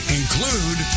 include